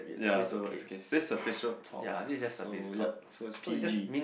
ya so it's okay this is a facial talk so yup so is p_g